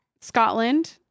Scotland